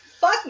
fuck